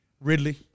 Ridley